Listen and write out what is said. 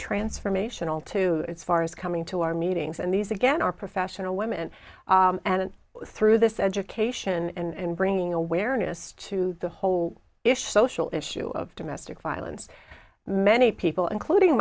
transformational too far as coming to our meetings and these again are professional women and through this education and bringing awareness to the whole issue social issue of domestic violence many people including